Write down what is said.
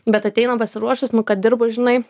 bet ateina pasiruošus nu kad dirbu žinai